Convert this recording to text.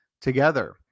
together